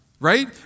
Right